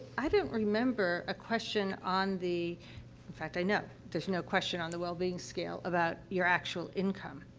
i don't remember a question on the in fact, i know there's no question on the wellbeing scale about your actual income.